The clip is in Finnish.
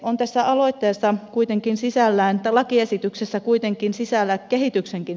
on tässä lakiesityksessä kuitenkin sisällä kehityksenkin siemeniä